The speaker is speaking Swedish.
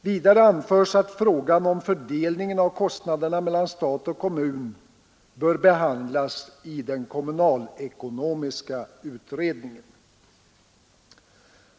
Vidare anförs att frågan om fördelningen av kostnaderna mellan stat och kommun bör behandlas i den kommunaleko politiska åtgärder nomiska utredningen.